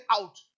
out